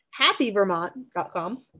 happyvermont.com